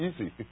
easy